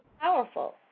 powerful